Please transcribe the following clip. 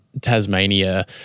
Tasmania